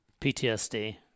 PTSD